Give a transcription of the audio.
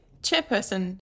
chairperson